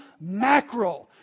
mackerel